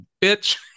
bitch